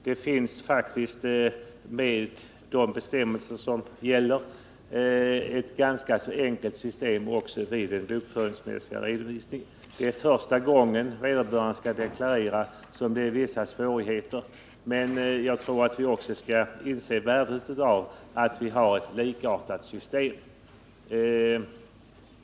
Det finns faktiskt, med de bestämmelser som gäller, ett ganska så enkelt system också vid den bokföringsmässiga redovisningen. Det är första gången vederbörande skall deklarera som det kan vara vissa svårigheter, men jag tror att vi också måste inse värdet av att ha ett likartat system.